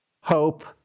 hope